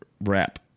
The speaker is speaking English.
wrap